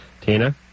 Tina